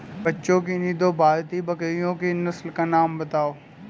बच्चों किन्ही दो भारतीय बकरियों की नस्ल का नाम बताओ?